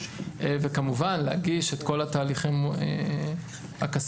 וכמובן להגיש את כל התהליכים הכספיים,